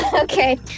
Okay